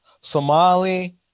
Somali